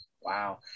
Wow